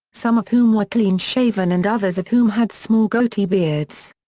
some of whom were clean-shaven and others of whom had small goatee beards.